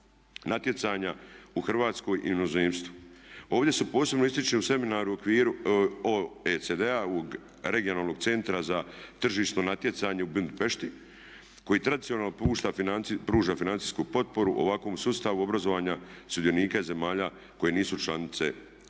natjecanja u Hrvatskoj i inozemstvu. Ovdje se posebno ističe u seminari OECD-a, Regionalnog centra za tržišno natjecanje u Budimpešti koji tradicionalno pruža financijsku potporu ovakvom sustavu obrazovanja sudionika zemalja koje nisu članice OECD-a.